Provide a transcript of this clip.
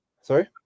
Sorry